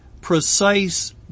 precise